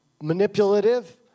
Manipulative